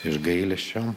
iš gailesčio